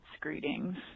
greetings